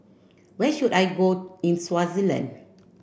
where should I go in Swaziland